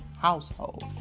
household